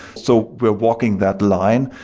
so we're walking that line.